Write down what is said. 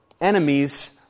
enemies